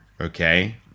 Okay